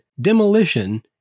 demolition